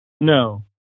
No